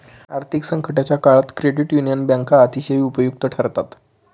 आर्थिक संकटाच्या काळात क्रेडिट युनियन बँका अतिशय उपयुक्त ठरतात